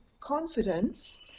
confidence